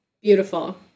Beautiful